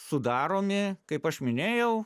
sudaromi kaip aš minėjau